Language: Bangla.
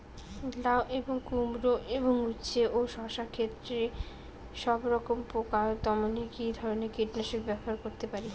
লাউ এবং কুমড়ো এবং উচ্ছে ও শসা ক্ষেতে সবরকম পোকা দমনে কী ধরনের কীটনাশক ব্যবহার করতে পারি?